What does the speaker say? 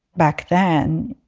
back then,